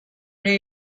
new